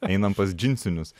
einam pas džinsinius